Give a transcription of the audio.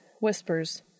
whispers